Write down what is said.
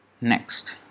Next